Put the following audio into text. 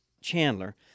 Chandler